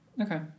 Okay